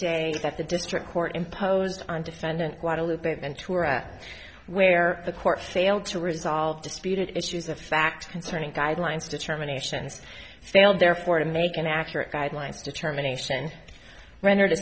days that the district court imposed on defendant quite a loop and tura where the court failed to resolve disputed issues a fact concerning guidelines determinations failed therefore to make an accurate guidelines determination rendered a